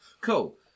cool